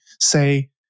say